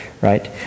right